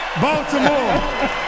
Baltimore